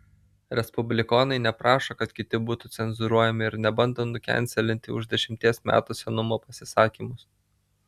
respublikonai neprašo kad kiti būtų cenzūruojami ir nebando nukenselinti už dešimties metų senumo pasisakymus